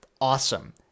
awesome